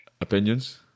Opinions